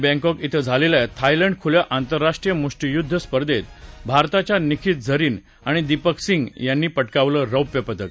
Bangkok इथं झालेल्या Thailand खुल्या आंतरराष्ट्रीय मुष्टीयुद्ध स्पर्धेत भारताच्या निखत झरिन आणि दिपक सिंग यांनी पटकावलं रौप्य पदक